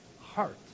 heart